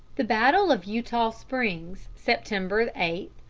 the battle of eutaw springs, september eight,